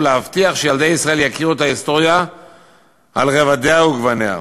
ולהבטיח שילדי ישראל יכירו את ההיסטוריה על רבדיה וגווניה,